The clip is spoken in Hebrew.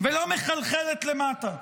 ולא מחלחלת למטה.